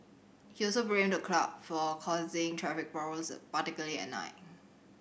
he also blamed the club for causing traffics particularly at night